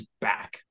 back